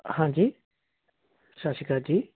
ਹਾਂਜੀ ਸਤਿ ਸ਼੍ਰੀ ਅਕਾਲ ਜੀ